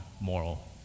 moral